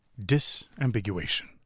Disambiguation